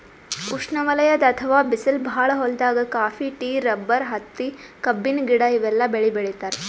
ಉಷ್ಣವಲಯದ್ ಅಥವಾ ಬಿಸ್ಲ್ ಭಾಳ್ ಹೊಲ್ದಾಗ ಕಾಫಿ, ಟೀ, ರಬ್ಬರ್, ಹತ್ತಿ, ಕಬ್ಬಿನ ಗಿಡ ಇವೆಲ್ಲ ಬೆಳಿ ಬೆಳಿತಾರ್